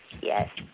Yes